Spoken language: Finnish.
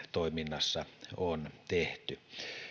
toiminnassa on tehty